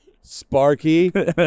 Sparky